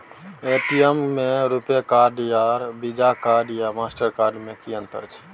ATM में RuPay card आर Visa card या मास्टर कार्ड में कि अतंर छै?